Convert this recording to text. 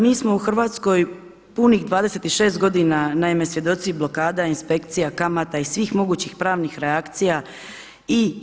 Mi smo u Hrvatskoj punih 26 godina, naime svjedoci blokada, inspekcija, kamata i svih mogućih pravnih reakcija i/